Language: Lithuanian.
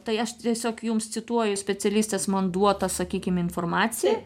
tai aš tiesiog jums cituoju specialistės man duotą sakykim informaciją